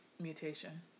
mutation